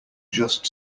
just